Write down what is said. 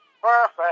Perfect